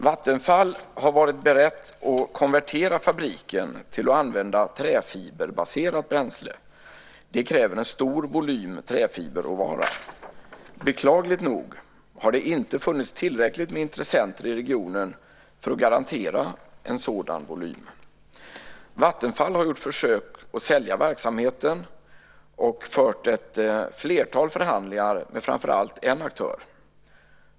Vattenfall har varit berett att konvertera fabriken till att använda träfiberbaserat bränsle. Det kräver en stor volym träfiberråvara. Beklagligt nog har det inte funnits tillräckligt med intressenter i regionen för att garantera en sådan volym. Vattenfall har gjort försök att sälja verksamheten och fört ett flertal förhandlingar med framför allt en aktör.